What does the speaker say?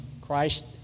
Christ